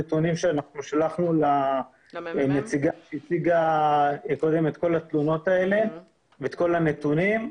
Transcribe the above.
שלחנו נתונים לנציגה שהציגה קודם את כל התלונות האלה ואת כל הנתונים.